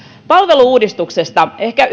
palvelu uudistuksesta nostan ehkä